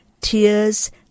Tears